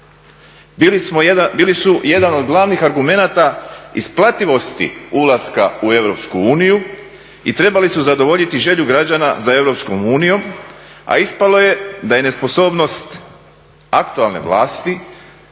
Bili su jedan od glavnih argumenta isplativosti ulaska u EU i trebali su zadovoljiti želju građana za EU, a ispalo je da je nesposobnost aktualne vlasti